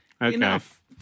Enough